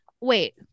Wait